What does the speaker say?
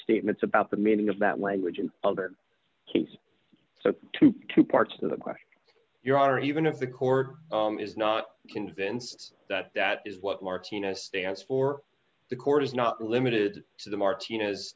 statements about the meaning of that language and other kids so to two parts of the question your honor even if the court is not convinced that that is what martinez stands for the court is not limited to the martinez